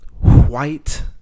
White